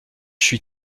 suis